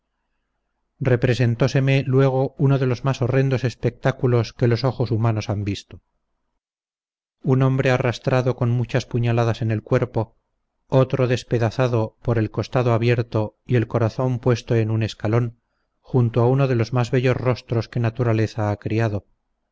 representóseme luego uno de los más horrendos espectáculos que los ojos humanos han visto un hombre arrastrado con muchas puñaladas en el cuerpo otro despedazado por el costado abierto y el corazón puesto en un escalón junto a uno de los más bellos rostros que naturaleza ha criado